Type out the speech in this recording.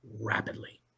rapidly